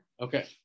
Okay